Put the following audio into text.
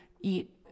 eat